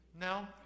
No